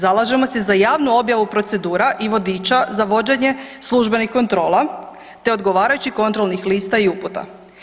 Zalažemo se za javnu objavu procedura i vodiča za vođenje službenih kontrola te odgovarajućih kontrolnih lista i uputa.